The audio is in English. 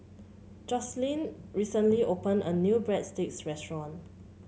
Joycelyn recently opened a new Breadsticks restaurant